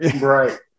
Right